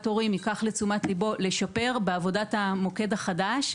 הורים ייקח לתשומת ליבו לשפר בעבודת המוקד החדש,